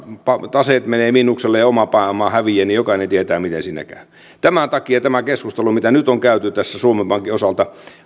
taseet menevät miinukselle ja oma pääoma häviää niin jokainen tietää miten siinä käy tämän takia on hyvin hyvä että tämä keskustelu mitä nyt on käyty suomen pankin osalta